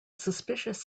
suspicious